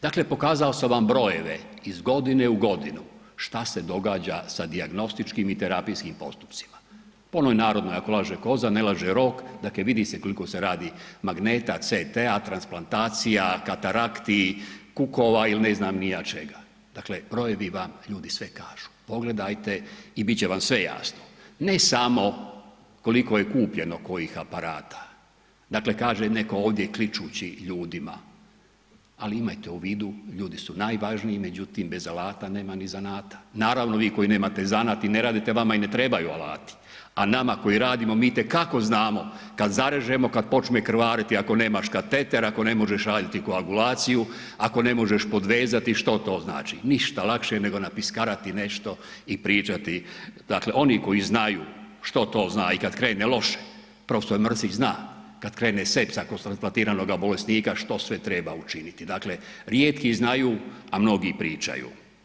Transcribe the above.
Dakle, pokazao sam vam brojeve, iz godine u godinu šta se događa sa dijagnostičkim i terapijskim postupcima, po onoj narodnoj ako laže koza, ne laže rog, dakle vidi se koliko se radi magneta, CT-a, transplantacija, katarakti, kukova il ne znam ni ja čega, dakle brojevi vam ljudi sve kažu, pogledajte i bit će vam sve jasno, ne samo koliko je kupljeno kojih aparata, dakle kaže netko ovdje kličući ljudima, ali imajte u vidu ljudi su najvažniji, međutim bez alata nema ni zanata, naravno vi koji nemate zanat i ne radite, vama i ne trebaju alati, a nama koji radimo mi itekako znamo kad zarežemo, kad počne krvariti ako nemaš kateter, ako ne možeš raditi koagulaciju, ako ne možeš podvezati, što to znači, ništa lakše nego napiskarati nešto i pričati, dakle oni koji znaju što to zna i kad krene loše prof. Mrsić zna kad krene sepsa kod transplantiranoga bolesnika što sve treba učiniti, dakle rijetki znaju, a mnogi pričaju.